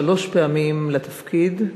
שלוש פעמים לתפקיד,